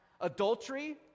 adultery